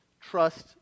trust